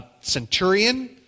centurion